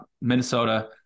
Minnesota